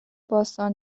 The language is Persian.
باستان